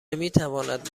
میتواند